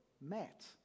met